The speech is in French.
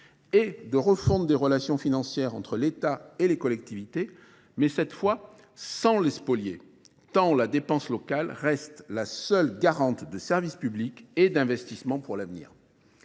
et de refondre des relations financières entre l'État et les collectivités, mais cette fois, sans les spolier, tant la dépense locale reste la seule garante de services publics et d'investissements pour l'avenir.